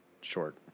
short